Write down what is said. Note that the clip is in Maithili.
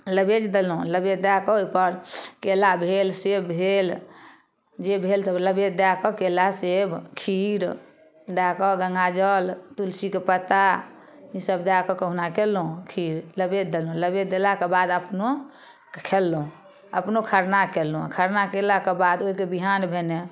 नवेद देलहुँ नवेद दए कऽ ओइपर केला भेल सेब भेल जे भेल तऽ नवेद दए कऽ केला सेब खीर दए कऽ गङ्गा जल तुलसीके पत्ता ईसब दए कऽ कहुना कयलहुँ खीर नबेद देलहुँ नवेद देलाके बाद अपनो खयलहुँ अपनो खरना कयलहुँ आओर खरना कयलाके बाद ओइके बिहान भेने